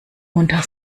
munter